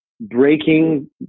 breaking